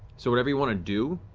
so whatever you want to do,